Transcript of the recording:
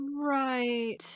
Right